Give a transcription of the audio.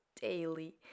daily